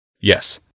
Yes